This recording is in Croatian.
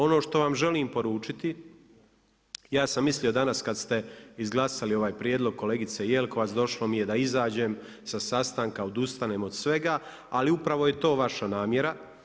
Ono što vam želim poručiti, ja sam mislio danas, kad ste izglasali ovaj prijedlog kolegice Jelkovac, došlo mi je da izađem sa sastanka, odustanem od svega, ali upravo je to vaša namjera.